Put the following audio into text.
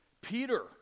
Peter